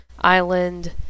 island